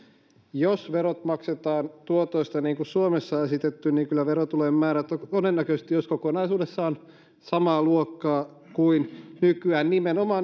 jos verot maksetaan tuotoista niin kuin suomessa on esitetty niin kyllä verotulojen määrä todennäköisesti olisi kokonaisuudessaan samaa luokkaa kuin nykyään nimenomaan